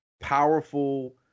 powerful